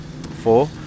Four